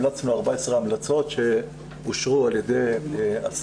המלצנו 14 המלצות שאושרו על ידי השר